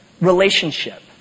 relationship